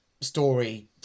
story